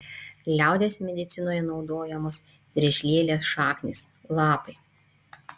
liaudies medicinoje naudojamos driežlielės šaknys lapai